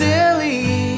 Silly